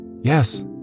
Yes